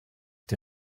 die